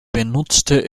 benutzte